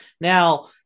now